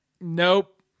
Nope